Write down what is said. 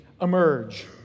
emerge